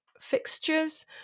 fixtures